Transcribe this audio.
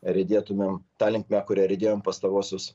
riedėtumėm ta linkme kuria riedėjom pastaruosius